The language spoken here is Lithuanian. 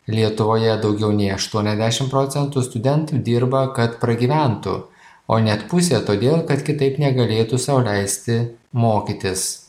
lietuvoje daugiau nei aštuoniasdešim procentų studentų dirba kad pragyventų o net pusė todėl kad kitaip negalėtų sau leisti mokytis